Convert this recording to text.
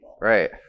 Right